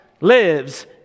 lives